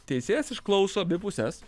teisėjas išklauso abi puses